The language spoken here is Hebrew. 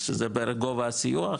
שזה גובה הסיוע,